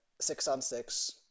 six-on-six